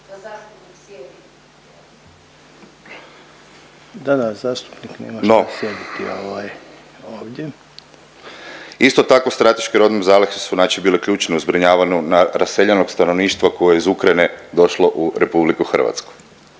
Da, da, zastupnik nema što sjediti ovaj ovdje./… No, isto tako strateške robne zalihe su znači bile ključne u zbrinjavanju raseljenog stanovništva koje je iz Ukrajine došlo u RH. No, valja